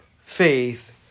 faith